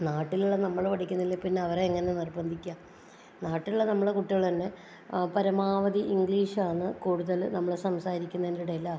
നാട്ടിലുള്ള നമ്മൾ പഠിയ്ക്കുന്നില്ലെ പിന്നവരെ എങ്ങനാ നിർബന്ധിക്കുക നാട്ടിലുള്ള നമ്മുടെ കുട്ടികൾ തന്നെ പരമാവധി ഇംഗ്ലീഷ് ആണ് കൂടുതൽ നമ്മൾ സംസാരിക്കുന്നതിൻ്റെ ഇടയിൽ ആക്കുക